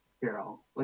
Carol